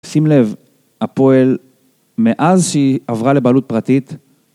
שים לב, הפועל מאז שהיא עברה לבעלות פרטית